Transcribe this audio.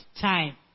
time